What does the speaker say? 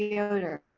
yoder?